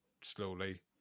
slowly